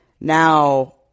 now